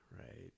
right